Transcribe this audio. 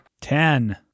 Ten